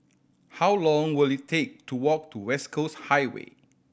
how long will it take to walk to West Coast Highway